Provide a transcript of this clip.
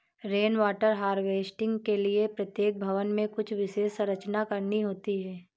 rain water harvesting के लिए प्रत्येक भवन में कुछ विशेष संरचना करनी होती है